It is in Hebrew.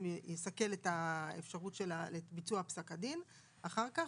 יסקל את אפשרות ביצוע פסק הדין אחר כך,